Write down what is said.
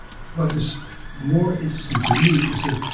what is more interesting to me is that,